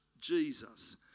Jesus